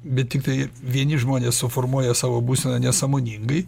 bet tiktai vieni žmonės suformuoja savo būseną nesąmoningai